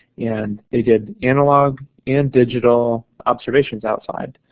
and they did analog and digital observations outside,